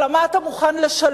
אלא מה אתה מוכן לשלם,